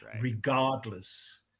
regardless